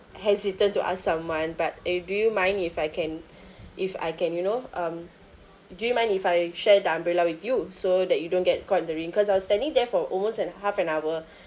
hesitant to ask someone but uh do you mind if I can if I can you know um do you mind if I share the umbrella with you so that you don't get caught in the rain cause I was standing there for almost an half an hour